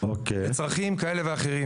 לצרכים כאלה ואחרים.